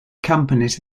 companies